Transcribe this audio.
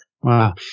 Wow